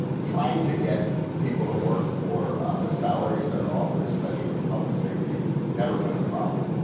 trying to get people to work for the salaries that are offered, especially in public safety never been a problem.